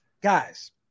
Guys